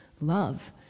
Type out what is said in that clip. love